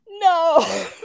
no